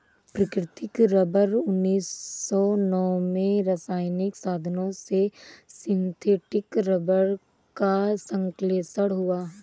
प्राकृतिक रबर उन्नीस सौ नौ में रासायनिक साधनों से सिंथेटिक रबर का संश्लेषण हुआ